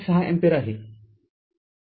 ६ ampere आहे